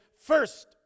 first